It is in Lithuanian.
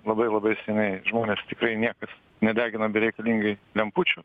labai labai seniai žmonės tikrai niekas nedegina bereikalingai lempučių